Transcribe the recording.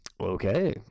Okay